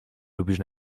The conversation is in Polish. lubisz